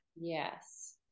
Yes